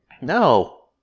No